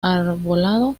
arbolado